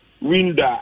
window